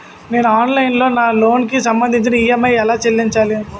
నేను ఆన్లైన్ లో నా లోన్ కి సంభందించి ఈ.ఎం.ఐ ఎలా చెల్లించాలి?